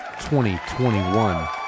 2021